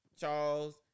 Charles